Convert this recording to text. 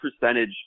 percentage